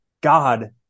God